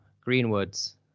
Greenwoods